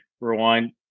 rewind